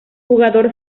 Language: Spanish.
jugador